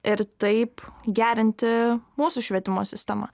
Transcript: ir taip gerinti mūsų švietimo sistemą